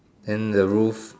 then the roof